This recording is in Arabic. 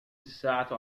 الساعة